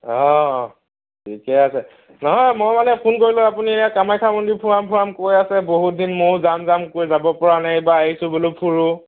অ' ঠিকে আছে নহয় মই মানে ফোন কৰিলো আপুনি এই কামাখ্য়া মন্দিৰ ফুৰাম ফুৰাম কৈ আছে বহুত দিন মইও যাম যাম কৈ যাব পৰা নাই এইবাৰ আহিছোঁ বুলো ফুৰোঁ